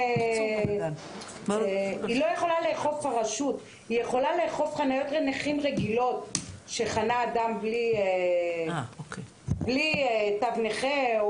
היא יכולה לאכוף חניות לנכים רגילות שחנה אדם בלי תו נכה.